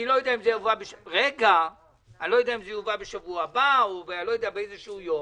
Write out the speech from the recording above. אני לא יודע אם זה יובא בשבוע הבא או אני לא יודע באיזשהו היום.